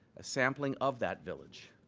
a sampling of that village,